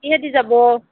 কিহেদি যাব